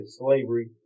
slavery